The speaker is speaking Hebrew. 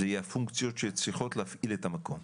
זה יהיה הפונקציות שצריכות להפעיל את המקום,